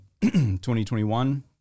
2021